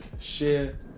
share